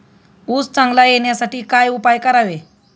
ऊस चांगला येण्यासाठी काय उपाय करावे?